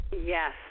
Yes